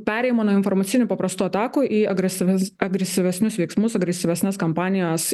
perėjimą nuo informacinių paprastų atakų į agresyvias agresyvesnius veiksmus agresyvesnės kampanijas